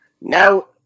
now